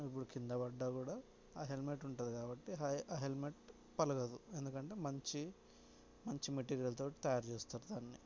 నువ్వు ఇప్పుడు కింద పడ్డా కూడా ఆ హెల్పెట్ ఉంటుంది కాబట్టి ఆ హెల్మెట్ పగలదు ఎందుకంటే మంచి మంచి మెటీరియల్తోటి తయారు చేస్తారు దాన్నీ